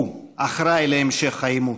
הוא אחראי להמשך העימות,